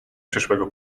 przyszłego